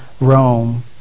Rome